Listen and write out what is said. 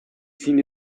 seen